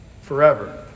Forever